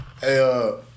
Hey